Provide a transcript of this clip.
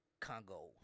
Congo